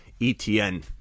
ETN